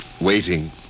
waiting